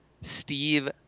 steve